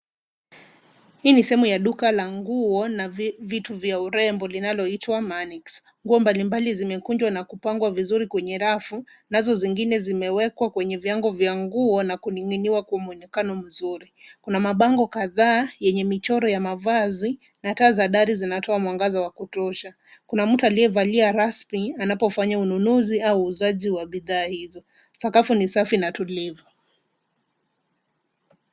Hii ni sehemu ya duka la nguo na vitu vya urembo linaloitwa Manix . Nguo mbalimbali zimekunja na kupangwa vizuri kwenye rafu, nazo zingine zimewekwa kwenye viwango vya nguo na kuniginiwa kwa muonekano mzuri. Kuna mabango kadhaa yenye michoro ya mavazi na taa za dari zinatoa mwangaza wa kutosha. Kuna mtu aliyevaa raspin anapofanya ununuzi au uuzaji wa bidhaa hizo. Sakafu ni safi na tulivu.